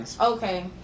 okay